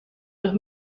los